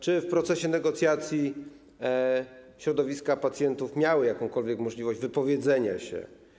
Czy w procesie negocjacji środowiska pacjentów miały jakąkolwiek możliwość wypowiedzenia się?